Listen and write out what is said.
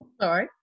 Sorry